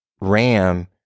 Ram